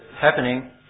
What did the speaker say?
happening